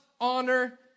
honor